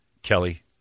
Kelly